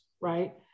Right